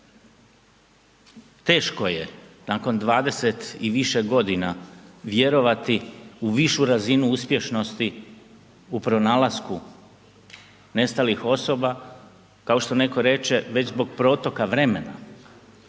teško je nakon 20 i više godina vjerovati u višu razinu uspješnosti u pronalasku nestalih osoba kao što netko reče, već zbog protoka vremena,